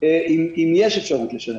אם יש אפשרות לשלם.